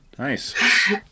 Nice